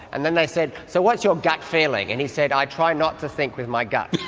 and then they said, so what's your gut feeling? and he said, i try not to think with my gut.